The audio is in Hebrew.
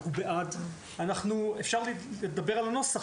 אפשר לדבר על הנוסח,